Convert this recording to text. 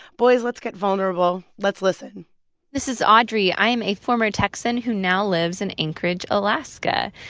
boys, let's get vulnerable. let's listen this is audrey. i'm a former texan who now lives in anchorage, alaska.